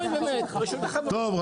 טוב,